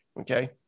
Okay